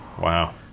Wow